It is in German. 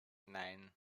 nein